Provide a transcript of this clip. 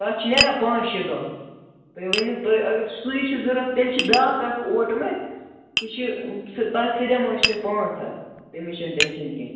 تَتھ چھِ نیران پانٛژھ شےٚ دۄہ تُہۍ ؤنِو تُہۍ اگر سُے چھُ ضوٚرَتھ تیٚلہِ چھِ بیٛاکھ اَکھ اوٹ مےٚ سُہ چھِ سُہ تَتھ سۭتۍ دِمو أسۍ پانٛژھ ہَتھ تَمِچ چھَنہٕ ٹٮ۪نشَن کیٚنٛہہ